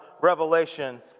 revelation